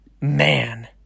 man